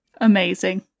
Amazing